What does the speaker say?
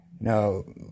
No